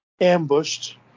ambushed